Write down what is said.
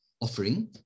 offering